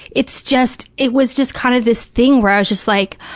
it's just, it was just kind of this thing where i was just like,